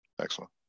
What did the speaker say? Excellent